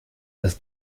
das